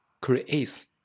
creates